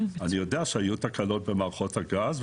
אני יודע שהיו תקלות במערכות הגז,